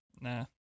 Nah